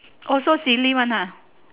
also silly one ah